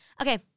Okay